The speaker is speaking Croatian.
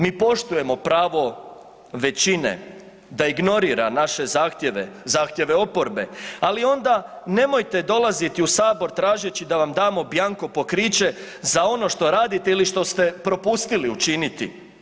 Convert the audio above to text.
Mi poštujemo pravo većine da ignorira naše zahtjeve, zahtjeve oporbe, ali onda nemojte dolaziti u sabor tražeći da vam damo bianco pokriće za ono što radite ili što ste propustili učiniti.